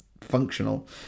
functional